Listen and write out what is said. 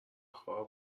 خوار